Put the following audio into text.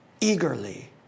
eagerly